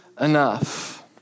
enough